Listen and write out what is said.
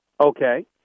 Okay